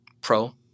pro